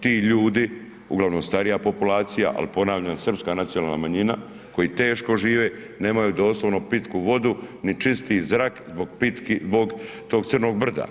Ti ljudi uglavnom starija populacija, al ponavljam srpska nacionalna manjina koji teško žive nemaju doslovno pitku vodu ni čisti zrak zbog tog Crnog brda.